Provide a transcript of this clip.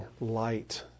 light